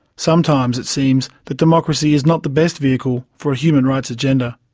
sometimes it seems that democracy is not the best vehicle for a human rights agenda.